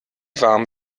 warm